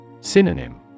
Synonym